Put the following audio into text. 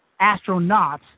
astronauts